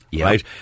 right